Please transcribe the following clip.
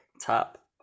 top